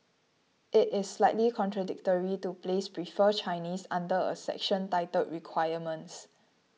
it is slightly contradictory to place prefer Chinese under a section titled requirements